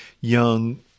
young